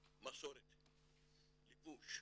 מסורת, לבוש,